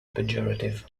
pejorative